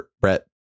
Brett